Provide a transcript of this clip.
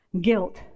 guilt